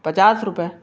पचास रुपए